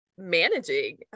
managing